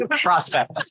prospect